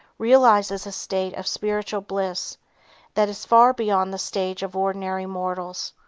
realizes a state of spiritual bliss that is far beyond the stage of ordinary mortals.